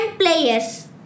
players